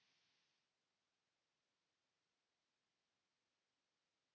Kiitos.